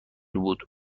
بود